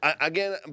again